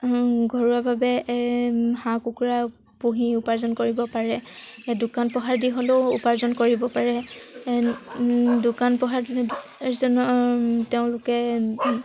ঘৰুৱাভাৱে হাঁহ কুকুৰা পুহি উপাৰ্জন কৰিব পাৰে দোকান পোহাৰ দি হ'লেও উপাৰ্জন কৰিব পাৰে দোকান পোহাৰ যোনে জনৰ তেওঁলোকে